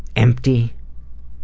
empty.